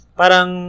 parang